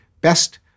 best